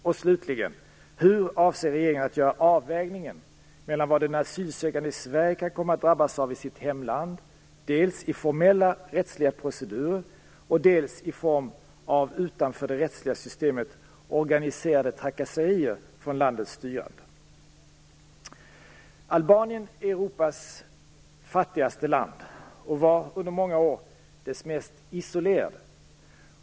Och slutligen: Hur avser regeringen att göra avvägningen mellan vad en asylsökande i Sverige kan komma att drabbas av i sitt hemland, dels i formella rättsliga procedurer, dels i form av utanför det rättsliga systemet organiserade trakasserier från landets styrande? Albanien är Europas fattigaste land och var under många år dess mest isolerade.